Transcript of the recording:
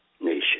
nation